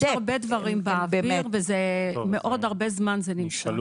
יש הרבה דברים באוויר ומאוד הרבה זמן זה נמשך.